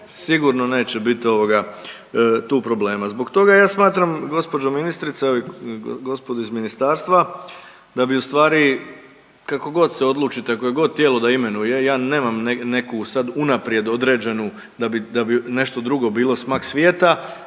sigurno neće bit tu problema. Zbog toga ja smatram gospođo ministrice, gospodo iz ministarstva da bi ustvari kakogod se odlučite kojegod tijelo da imenuje ja nemam neku sad unaprijed određenu da bi nešto drugo bilo smak svijeta,